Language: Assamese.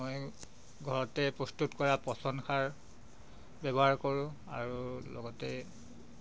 মই ঘৰতে প্ৰস্তুত কৰা পচন সাৰ ব্যৱহাৰ কৰোঁ আৰু লগতে